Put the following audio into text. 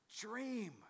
dream